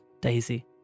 Daisy